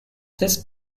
this